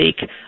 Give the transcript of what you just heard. take